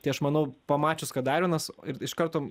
tai aš manau pamačius kad dar vienas ir iš karto